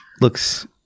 looks